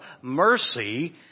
mercy